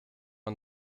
man